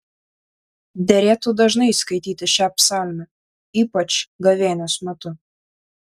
derėtų dažnai skaityti šią psalmę ypač gavėnios metu